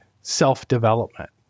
self-development